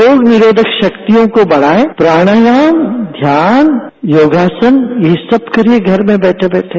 रोग निरोघक शक्तियों को बढ़ाए प्राणायाम ध्यान योगासन यह सब कीजिए घर में बैठे बैठे